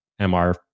MR